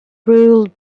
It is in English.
ruled